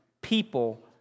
people